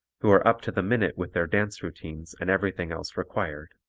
who are up to the minute with their dance routines and everything else required.